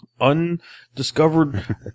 undiscovered